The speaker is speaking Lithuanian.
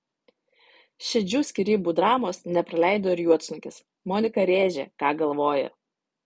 šedžių skyrybų dramos nepraleido ir juodsnukis monika rėžė ką galvoja